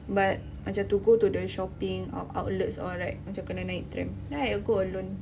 but macam to go to the shopping or outlets all right macam kena naik tram then I will go alone